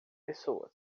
pessoas